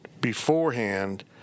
beforehand